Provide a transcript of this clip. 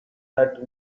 that